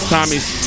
Tommy's